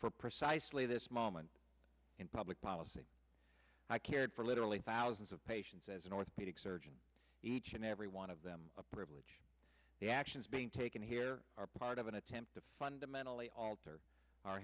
for precisely this moment in public policy i cared for literally thousands of patients as an orthopedic surgeon each and every one of them a privilege the actions being taken here are part of an attempt to fundamentally alter our